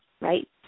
right